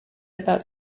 about